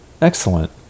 Excellent